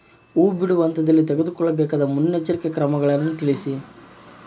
ಹೂ ಬಿಡುವ ಹಂತದಲ್ಲಿ ತೆಗೆದುಕೊಳ್ಳಬೇಕಾದ ಮುನ್ನೆಚ್ಚರಿಕೆಗಳನ್ನು ತಿಳಿಸಿ?